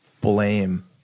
blame